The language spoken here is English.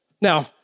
Now